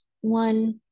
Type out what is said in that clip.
one